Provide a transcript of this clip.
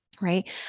right